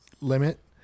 limit